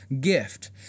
gift